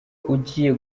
ugiye